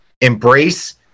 Embrace